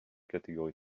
catégories